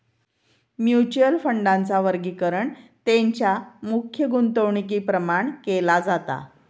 mutual फंडांचा वर्गीकरण तेंच्या मुख्य गुंतवणुकीप्रमाण केला जाता